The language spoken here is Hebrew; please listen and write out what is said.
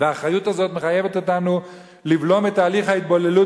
והאחריות הזאת מחייבת אותנו לבלום את תהליך ההתבוללות